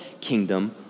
kingdom